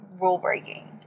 rule-breaking